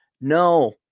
No